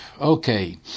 Okay